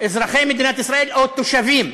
אזרחי מדינת ישראל או תושבים,